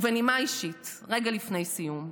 ובנימה אישית, רגע לפני סיום: